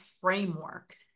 Framework